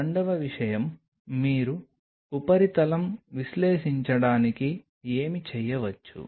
రెండవ విషయం మీరు ఉపరితలం విశ్లేషించడానికి ఏమి చేయవచ్చు